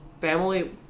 family